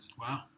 Wow